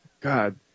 God